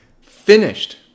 Finished